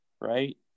right